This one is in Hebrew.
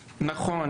דיברנו על כך,